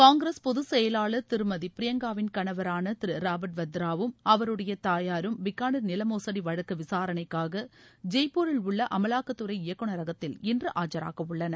காங்கிரஸ் பொது செயலாளர் திருமதி ப்ரியங்காவின் கணவரான திரு ராபா்ட் வத்ராவும் அவருடைய பிக்காளிர் நில மோசடி வழக்கு விசாரணைக்காக ஜெய்ப்பூரில் உள்ள அமலாக்கத்துறை தாயாரும் இயக்குநகரகத்தில் இன்று ஆஜராகவுள்ளனர்